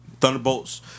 Thunderbolts